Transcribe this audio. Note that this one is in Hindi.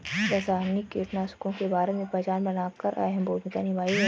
रासायनिक कीटनाशकों ने भारत में पहचान बनाकर अहम भूमिका निभाई है